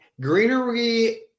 greenery